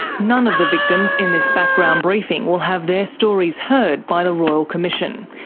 none of the victims in this background briefing will have their stories heard by the royal commission.